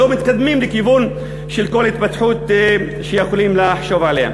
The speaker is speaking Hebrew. לא מתקדמים לכיוון של כל התפתחות שיכולים לחשוב עליה.